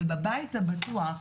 אבל בבית הבטוח,